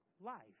life